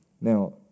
Now